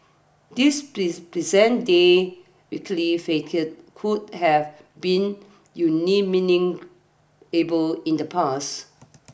this present day swanky facade would have been unimaginable in the past